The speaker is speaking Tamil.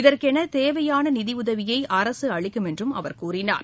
இதற்கென தேவையான நிதி உதவியை அரசு அளிக்கும் என்றும் அவர் கூறினார்